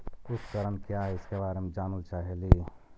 उपकरण क्या है इसके बारे मे जानल चाहेली?